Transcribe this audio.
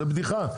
זה בדיחה,